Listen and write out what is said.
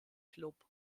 club